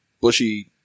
bushy